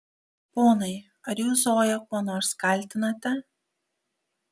ponai ar jūs zoją kuo nors kaltinate